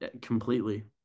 Completely